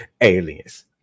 aliens